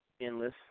endless